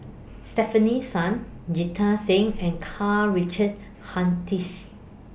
Stefanie Sun Jita Singh and Karl Richard Hanitsch